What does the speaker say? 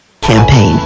campaign